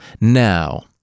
Now